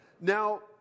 Now